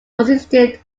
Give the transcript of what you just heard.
consisted